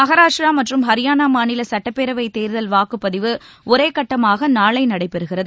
மஹாராஷ்ட்ரா மற்றும் ஹரியானா மாநில சுட்டப்பேரவைத் தேர்தல் வாக்குப்பதிவு ஒரே கட்டமாக நாளை நடைபெறுகிறது